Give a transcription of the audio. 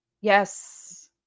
Yes